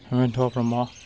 Minthu Brahma